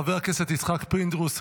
חבר הכנסת יצחק פינדרוס,